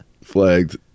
Flagged